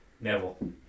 Neville